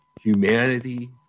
humanity